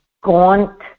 gaunt